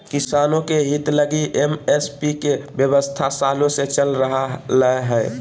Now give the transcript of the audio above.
किसानों के हित लगी एम.एस.पी के व्यवस्था सालों से चल रह लय हें